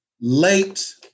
late